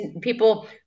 people